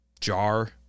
jar